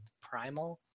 primal